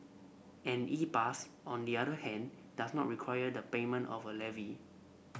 an E pass on the other hand does not require the payment of a levy